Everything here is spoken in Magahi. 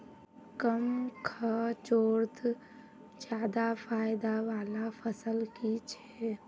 कम खर्चोत ज्यादा फायदा वाला फसल की छे?